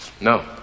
No